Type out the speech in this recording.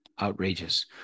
Outrageous